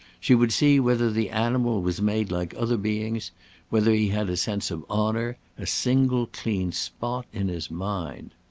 she would see whether the animal was made like other beings whether he had a sense of honour a single clean spot in his mind.